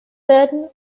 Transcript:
werden